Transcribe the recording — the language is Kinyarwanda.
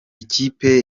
ikipe